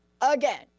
Again